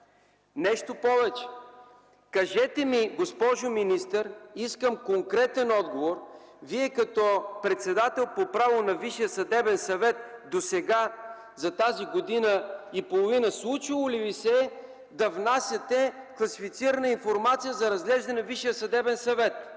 Нещо повече – кажете ми, госпожо министър, искам конкретен отговор, Вие като председател по право на Висшия съдебен съвет досега, за тази година и половина, случвало ли Ви се е да внасяте класифицирана информация за разглеждане във Висшия съдебен съвет?